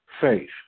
faith